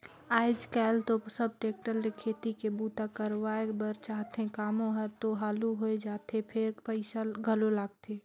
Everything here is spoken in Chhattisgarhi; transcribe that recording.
आयज कायल तो सब टेक्टर ले खेती के बूता करवाए बर चाहथे, कामो हर तो हालु होय जाथे फेर पइसा घलो लगथे